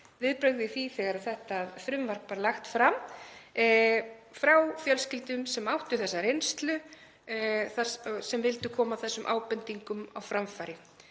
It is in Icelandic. viðbrögð við því þegar þetta frumvarp var lagt fram frá fjölskyldum sem áttu þessa reynslu og vildu koma þessum ábendingum á framfæri.